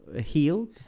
healed